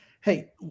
Hey